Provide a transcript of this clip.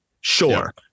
Sure